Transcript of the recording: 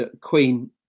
Queen